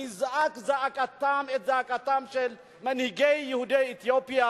אני אזעק את זעקתם של מנהיגי יהודי אתיופיה.